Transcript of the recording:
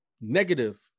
negative